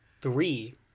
three